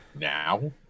now